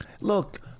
look